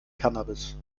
cannabis